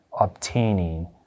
obtaining